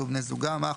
התשכ"ט-1969.